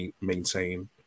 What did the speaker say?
maintain